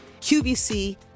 QVC